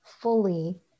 fully